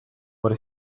what